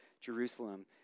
Jerusalem